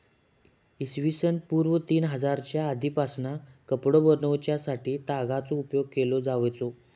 इ.स पूर्व तीन हजारच्या आदीपासना कपडो बनवच्यासाठी तागाचो उपयोग केलो जावचो